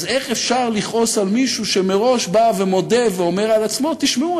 אז איך אפשר לכעוס על מישהו שמראש בא ומודה ואומר על עצמו: תשמעו,